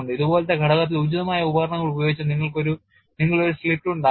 ഇതുപോലുള്ള ഘടകത്തിൽ ഉചിതമായ ഉപകരണങ്ങൾ ഉപയോഗിച്ച് നിങ്ങൾ ഒരു slit ഉണ്ടാക്കണം